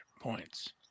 points